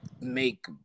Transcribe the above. make